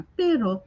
pero